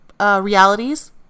realities